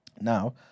Now